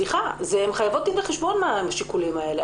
סליחה, הן חייבות דין וחשבון על השיקולים האלה.